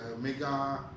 MEGA